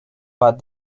but